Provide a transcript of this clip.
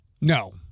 No